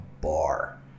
bar